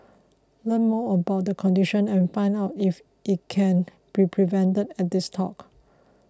learn more about the condition and find out if it can be prevented at this talk